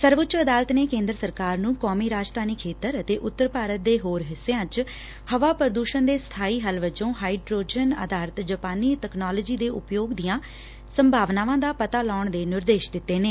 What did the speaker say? ਸਰਵਉੱਚ ਅਦਾਲਤ ਨੇ ਕੇਂਦਰ ਸਰਕਾਰ ਨੇੰ ਕੌਮੀ ਰਾਜਧਾਨੀ ਖੇਤਰ ਅਤੇ ਉੱਤਰ ਭਾਰਤ ਦੇ ਹੋਰ ਹਿੱਸਿਆਂ ਚ ਹਵਾ ਪ੍ਰਦੂਸ਼ਣ ਦੇ ਸਬਾਈ ਹਲ ਵਜੋ ਹਾਈਡੋਰਜ਼ਨ ਆਧਾਰਿਤ ਜਾਪਾਨੀ ਤਕਨਾਲੋਜੀ ਦੇ ਉਪਯੋਗ ਦੀਆ ਸੰਭਾਵਨਾਵਾ ਦਾ ਪਤਾ ਲਾਉਣ ਦੇ ਨਿਰਦੇਸ਼ ਦਿੱਤੇ ਨੇ